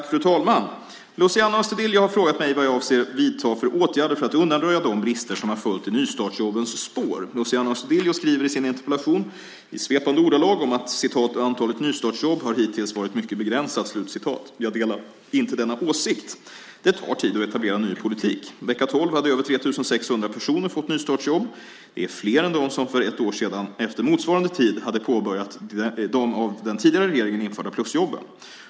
Fru talman! Luciano Astudillo har frågat mig vad jag avser att vidta för åtgärder för att undanröja de brister som har följt i nystartsjobbens spår. Lucian Astudillo skriver i sin interpellation i svepande ordalag om att "antalet nystartsjobb har hittills varit mycket begränsat". Jag delar inte denna åsikt. Det tar tid att etablera ny politik. Vecka 12 hade över 3 600 personer fått nystartsjobb. Det är fler än dem som för ett år sedan efter motsvarande tid hade påbörjat de av den tidigare regeringen införda plusjobben.